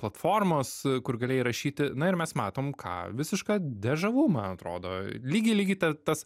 platformos kur galėjai rašyti na ir mes matom ką visišką de žavumą atrodo lygiai lygiai ta as